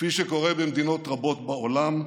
כפי שקורה במדינות רבות בעולם,